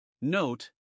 Note